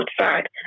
outside